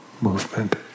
movement